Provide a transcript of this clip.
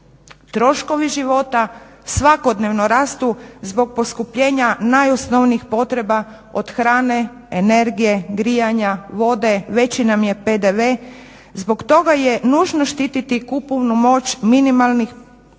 Troškovi života svakodnevno rastu zbog poskupljenja najosnovnijih potreba od hrane, energije, grijanja, vode, veći nam je PDV, zbog toga je nužno štititi kupovnu moć onih minimalnih priroda